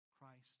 Christ